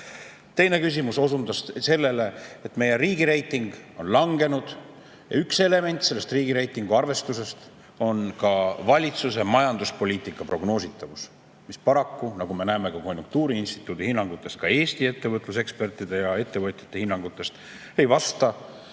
Teine küsimus osundas sellele, et meie riigireiting on langenud ja üks element selles riigireitingu arvestuses on ka valitsuse majanduspoliitika prognoositavus, mis paraku, nagu me näeme konjunktuuriinstituudi hinnangutest ja ka Eesti ettevõtlusekspertide ja ettevõtjate hinnangutest, ei vasta